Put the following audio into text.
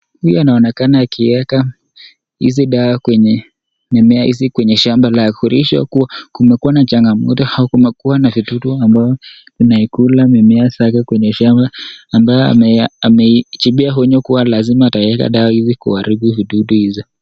Huyu anaonekana akieka hizi dawa kwenye mimea hizi kwenye shamba lake; kumaanisha kuwa kumekuwa na changamoto au kumekuwa na vidudu ambao wanaikula mimea zake kwenye shamba ambayo ametilia onyo kuwa lazima atatilia dawa ili kuharibu vidudu hizo.